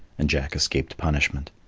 and jack escaped punishment.